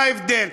מה ההבדל?